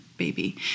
baby